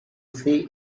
see